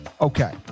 Okay